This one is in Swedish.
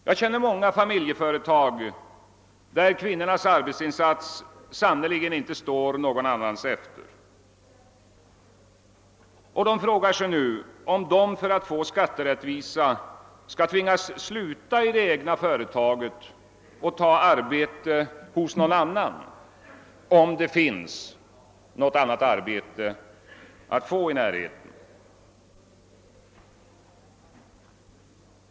Jag känner till många familjeföretag där kvinnornas arbetsinsats sannerligen inte står någon annans efter, och de frågar sig nu om de för att få skatterättvisa skall bli tvungna att sluta i det egna företaget och ta arbete hos någon annan — om det finns annat arbete att få i närheten.